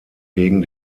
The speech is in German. gegen